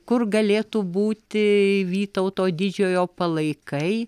kur galėtų būti vytauto didžiojo palaikai